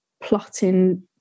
plotting